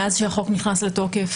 מאז שהחוק נכנס לתוקף